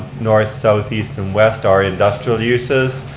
north, south, east, and west are industrial uses.